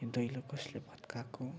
दैलो कसले भत्काएको